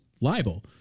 libel